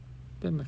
ten o'clock